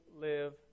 live